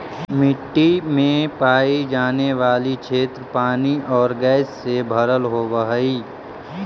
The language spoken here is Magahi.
मिट्टी में पाई जाने वाली क्षेत्र पानी और गैस से भरल होवअ हई